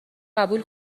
قبول